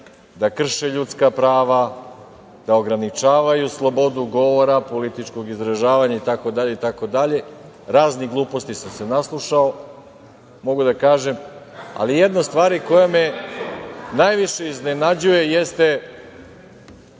da krše ljudska prava, da ograničavaju slobodu govora, političkog izražavanja i tako dalje i tako dalje. Raznih gluposti sam se naslušao, mogu da kažem, ali jedna stvar koja me je najviše iznenadila jeste